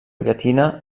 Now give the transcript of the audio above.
llatina